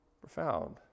profound